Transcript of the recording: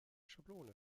schablone